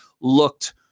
looked